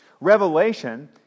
Revelation